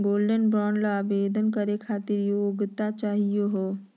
Gold bond ल आवेदन करे खातीर की योग्यता चाहियो हो?